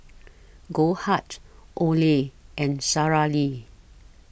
Goldheart Olay and Sara Lee